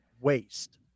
waste